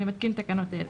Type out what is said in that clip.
אני מתקין תקנות אלה: